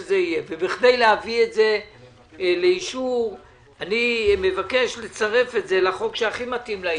בכדי להביא את זה לאישור אני מבקש לצרף את זה לחוק שהכי מתאים לעניין,